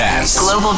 Global